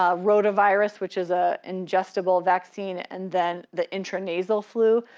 ah rotavirus, which is a ingestible vaccine, and then the intranasal flu.